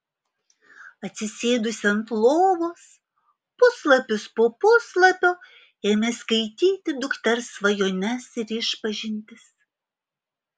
atsisėdusi ant lovos puslapis po puslapio ėmė skaityti dukters svajones ir išpažintis